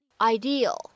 ideal